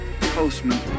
postman